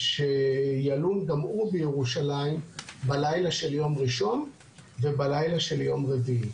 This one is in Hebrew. שילון גם הוא בירושלים בלילה של יום ראשון ובלילה של יום רביעי.